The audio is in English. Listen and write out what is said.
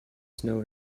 snow